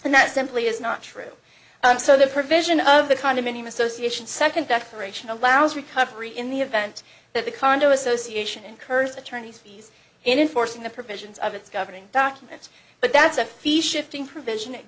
that simply is not true so the provision of the condominium association second declaration allows recovery in the event that the condo association incurs attorney's fees in forcing the provisions of its governing documents but that's a fee shifting provision